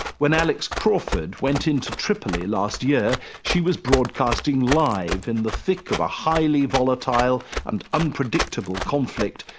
when alex crawford went into tripoli last year, she was broadcasting live in the thick of a highly volatile and unpredictable conflict,